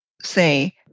say